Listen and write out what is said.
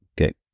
Okay